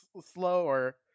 slower